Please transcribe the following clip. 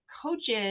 coaches